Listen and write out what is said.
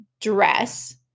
dress